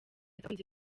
abakunzi